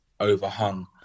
overhung